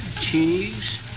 cheese